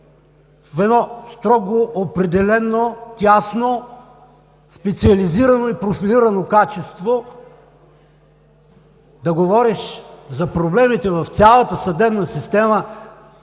с едно строго, определено, тясно, специализирано и профилирано качество, да говориш за проблемите в цялата съдебна система,